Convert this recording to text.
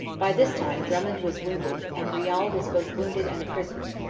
by this time drummond was wounded and riall was both wounded and a prisoner.